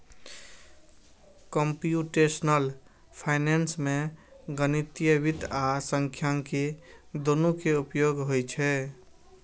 computational finance मे गणितीय वित्त आ सांख्यिकी, दुनू के उपयोग होइ छै